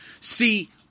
See